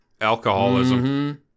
alcoholism